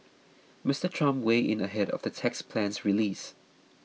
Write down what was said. Mister Trump weighed in ahead of the tax plan's release